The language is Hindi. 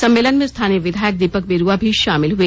सम्मेलन में स्थानीय विधायक दीपक बिरूआ भी शामिल हुए